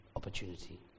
opportunity